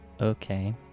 Okay